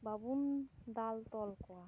ᱵᱟᱵᱚᱱ ᱫᱟᱞ ᱛᱚᱞ ᱠᱚᱣᱟ